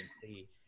see